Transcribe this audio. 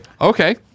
Okay